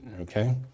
okay